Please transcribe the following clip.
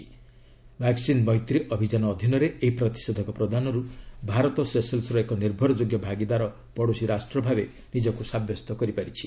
'vaccine ମୈତ୍ରୀ' ଅଭିଯାନ ଅଧୀନରେ ଏହି ପ୍ରତିଷେଧକ ପ୍ରଦାନରୁ ଭାରତ ସେସେଲ୍ସ୍ର ଏକ ନିର୍ଭରଯୋଗ୍ୟ ଭାଗିଦାର ପଡ଼ୋଶୀ ରାଷ୍ଟ୍ର ଭାବେ ନିଜକୁ ସାବ୍ୟସ୍ତ କରିଛି